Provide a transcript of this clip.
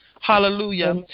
Hallelujah